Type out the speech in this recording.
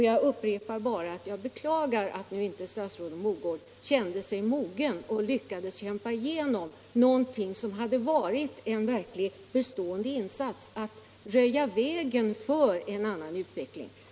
Jag upprepar mitt beklagande av att fru statsrådet Mogård inte har lyckats kämpa igenom någonting som hade varit en verkligt bestående insats och någonting som kan röja vägen för en annan utveckling.